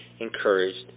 Encouraged